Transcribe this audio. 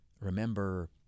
remember